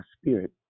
spirit